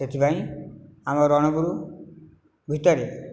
ସେଥିପାଇଁ ଆମ ରଣପୁର ଭିତରେ